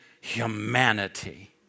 humanity